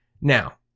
Now